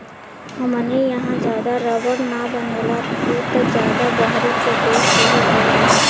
हमनी इहा ज्यादा रबड़ ना बनेला उ त ज्यादा बहरी के देश से ही आवेला